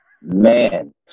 Man